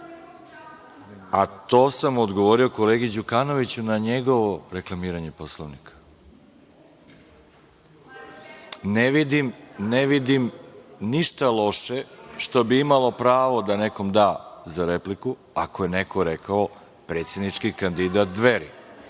sam odgovorio kolegi Đukanoviću na njegovo reklamiranje Poslovnika. Ne vidim ništa loše što bi imalo pravo da nekom da za repliku, ako je neko rekao „predsednički kandidat Dveri“